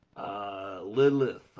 Lilith